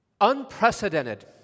unprecedented